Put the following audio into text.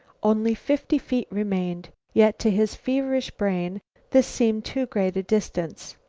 only fifty feet remained, yet to his feverish brain this seemed too great a distance.